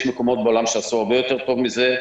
יש מקומות בעולם שעשו הרבה יותר טוב מזה.